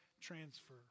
transfer